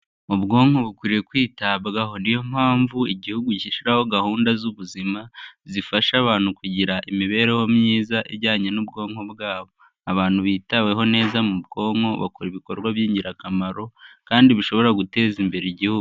Ubwonko burikwiye kwitabwaho. Niyo mpamvu igihugu gishyiraho gahunda z'ubuzima, zifasha abantu kugira imibereho myiza, ijyanye n'ubwonko bwabo. Abantu bitaweho neza mu bwonko bakora ibikorwa by'ingirakamaro kandi bushobora guteza imbere igihugu.